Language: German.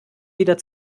wieder